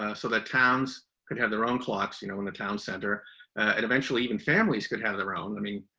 ah so that towns could have their own clocks, you know, in the town center, and eventually even families could have their own, i mean,